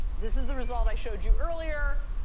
this is the result i showed you earlier.